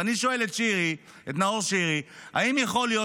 ואני שואל את נאור שירי אם יכול להיות